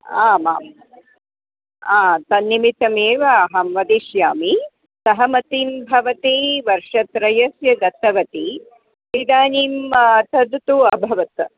आम् आम् तन्निमित्तमेव अहं वदिष्यामि सहमतीं भवति वर्षत्रयस्य दत्तवती इदानीं तद् तु अभवत्